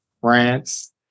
France